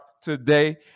today